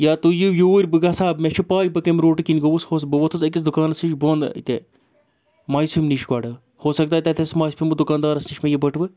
یا تُہۍ یہِ یوٗرۍ بہٕ گژھٕ ہا مےٚ چھِ پاے بہٕ کمہِ روٹہٕ کِنۍ گوٚوُس بہٕ ووٚتھُس أکِس دُکانس نِش بۄن تہِ مایسوٗم نِش گۄڈٕ ہوسکتا ہے تتِتھَسٕے مہ آسہِ پیوٚمُت دُکاندارس نِش مےٚ یہِ بٔٹوٕ